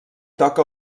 toca